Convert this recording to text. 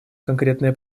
конкретное